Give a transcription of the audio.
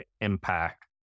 impact